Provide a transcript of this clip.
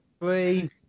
Three